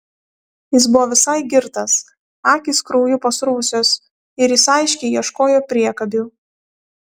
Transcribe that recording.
jis buvo visai girtas akys krauju pasruvusios ir jis aiškiai ieškojo priekabių